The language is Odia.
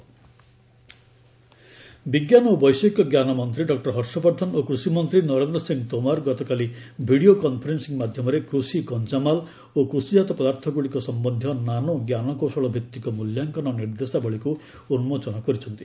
ଏଗ୍ରିକଲ୍ଚର ଗାଇଡ୍ଲାଇନ୍ସ ବିଜ୍ଞାନ ଓ ବୈଷୟିକ ଜ୍ଞାନ ମନ୍ତ୍ରୀ ଡକୁର ହର୍ଷବର୍ଦ୍ଧନ ଓ କୃଷିମନ୍ତ୍ରୀ ନରେନ୍ଦ୍ର ସିଂ ତୋମର୍ ଗତକାଲି ଭିଡ଼ିଓ କନ୍ଫରେନ୍ସିଂ ମାଧ୍ୟମରେ କୃଷି କଞ୍ଚାମାଲ ଓ କୃଷିଜାତ ପଦାର୍ଥଗୁଡ଼ିକ ସମ୍ଭନ୍ଧୀୟ ନାନୋ ଜ୍ଞାନକୌଶଳ ଭିଭିକ ମୂଲ୍ୟାଙ୍କନ ନିର୍ଦ୍ଦେଶାବଳୀକୁ ଉନ୍ଜୋଚନ କରିଛନ୍ତି